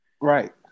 right